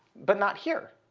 but not here